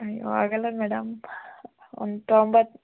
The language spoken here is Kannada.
ಅಯ್ಯೋ ಆಗೋಲ್ಲ ಮೇಡಮ್ ಒಂದು ತೊಂಬತ್ತು